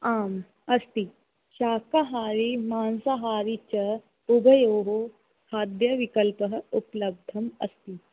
आम् अस्ति शाकाहारी मांसाहारी च उभयोः खाद्यविकल्पः उपलब्धम् अस्ति